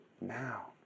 now